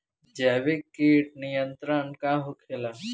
जैविक कीट नियंत्रण का होखेला?